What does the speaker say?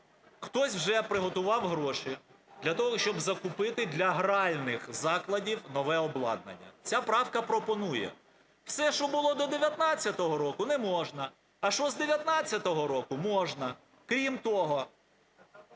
Хтось вже приготував гроші для того, щоб закупити для гральних закладів нове обладнання. Ця правка пропонує: все, що було до 2019 року, не можна, що з 2019 року, можна. Крім того,